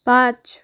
पाँच